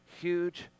huge